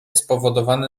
spowodowane